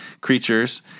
creatures